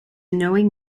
knowing